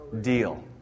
deal